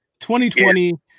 2020